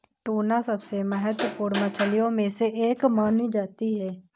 tuna सबसे महत्त्वपूर्ण मछलियों में से एक मानी जाती है